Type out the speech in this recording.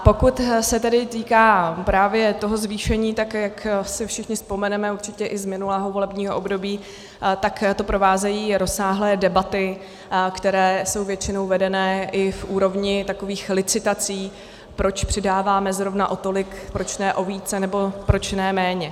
A pokud se tedy týká právě toho zvýšení, tak jak si všichni vzpomeneme určitě i z minulého volebního období, tak to provázejí rozsáhlé debaty, které jsou většinou vedeny i v úrovni takových licitací, proč přidáváme zrovna o tolik, proč ne o víc, nebo proč ne méně.